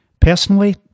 Personally